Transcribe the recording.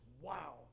wow